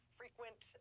frequent